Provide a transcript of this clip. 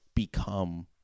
Become